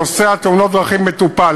נושא תאונות הדרכים מטופל.